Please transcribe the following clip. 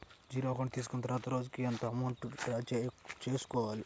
Zero account తీసుకున్నాక ఒక రోజుకి ఎంత అమౌంట్ డ్రా చేసుకోవాలి?